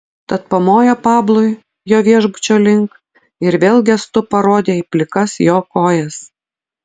tad pamojo pablui jo viešbučio link ir vėl gestu parodė į plikas jo kojas